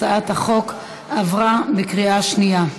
הצעת החוק עברה בקריאה שנייה.